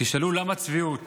תשאלו למה צביעות